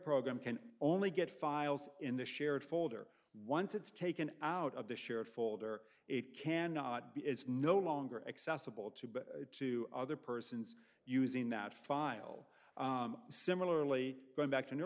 program can only get files in the shared folder once it's taken out of the shared folder it cannot be it's no longer accessible to but to other persons using that file similarly going back to new